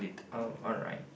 oh alright